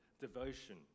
devotion